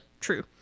true